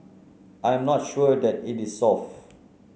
I am not sure that it is solved